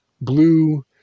blue